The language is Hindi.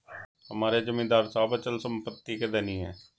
हमारे जमींदार साहब अचल संपत्ति के धनी हैं